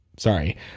Sorry